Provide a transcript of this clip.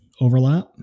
overlap